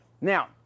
Now